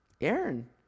Aaron